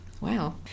Wow